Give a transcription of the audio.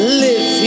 live